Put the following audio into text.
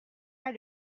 pas